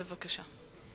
בבקשה.